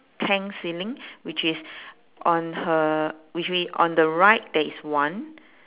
tent ceiling which is on her which we on the right there is one